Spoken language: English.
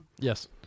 Yes